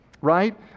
right